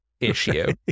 issue